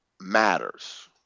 matters